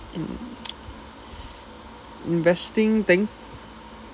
investing then